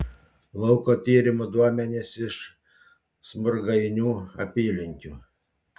lauko tyrimų duomenys iš smurgainių apylinkių